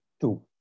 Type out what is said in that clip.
two